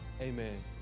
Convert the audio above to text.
Amen